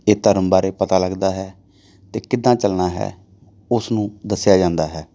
ਇਹ ਧਰਮ ਬਾਰੇ ਪਤਾ ਲੱਗਦਾ ਹੈ ਅਤੇ ਕਿੱਦਾਂ ਚੱਲਣਾ ਹੈ ਉਸ ਨੂੰ ਦੱਸਿਆ ਜਾਂਦਾ ਹੈ